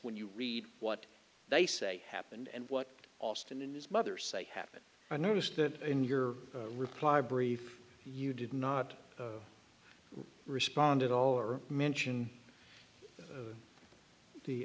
when you read what they say happened and what austin and his mother say happened i noticed that in your reply brief you did not respond at all or mention